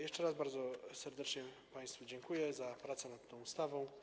Jeszcze raz bardzo serdecznie państwu dziękuję za prace nad tą ustawą.